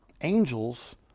Angels